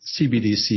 CBDC